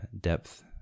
depth